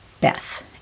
Beth